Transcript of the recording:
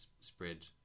spread